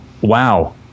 wow